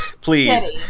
Please